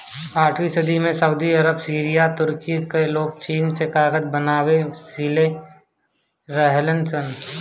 आठवीं सदी में सऊदी, सीरिया, तुर्की कअ लोग चीन से कागज बनावे सिले रहलन सन